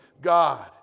God